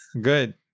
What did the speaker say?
Good